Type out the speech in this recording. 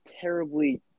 terribly